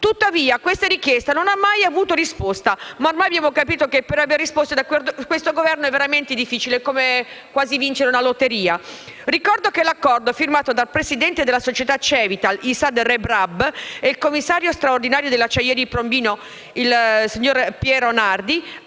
Tuttavia, questa richiesta non ha mai avuto risposta. Ormai abbiamo capito che avere risposte da questo Governo è quasi impossibile, come vincere alla lotteria! Ricordo che l'accordo, firmato tra il presidente della società Cevital, Issad Rebrab, e il commissario straordinario dell'acciaieria di Piombino, signor Piero Nardi,